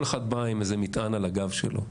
כל אחד בא עם איזה מטען על הגב שלו.